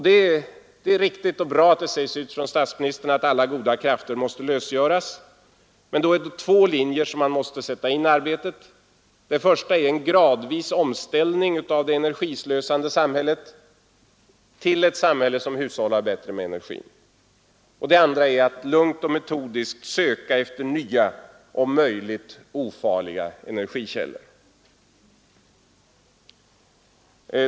Det är riktigt och bra att det från statsministern sägs ut att alla goda krafter måste lösgöras. Men då är det två linjer utefter vilka man måste sätta in arbetet. 1. En gradvis omställning av det energislösande samhället till ett samhälle som hushållar bättre med energin. 2. Lugnt och metodiskt skall vi söka efter nya, om möjligt ofarliga energikällor.